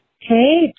Hey